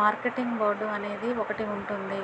marketing board అనేది ఒకటి ఉంటుంది